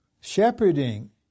Shepherding